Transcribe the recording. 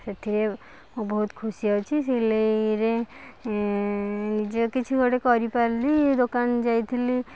ସେଥିରେ ମୁଁ ବହୁତ ଖୁସି ଅଛି ସିଲେଇରେ ନିଜେ କିଛି ଗୋଟେ କରିପାରିଲି ଦୋକାନ ଯାଇଥିଲି